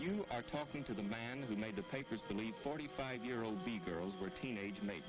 you are talking to the man who made the papers believe forty five year old the girls were teenage ma